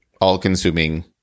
all-consuming